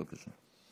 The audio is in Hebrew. בבקשה.